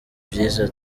byiza